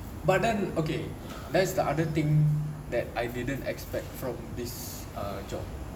but then okay that's the other thing that I didn't expect from this ah job